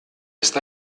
ist